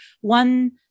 one